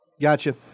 Gotcha